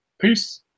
peace